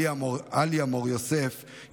עליה מור יוסף,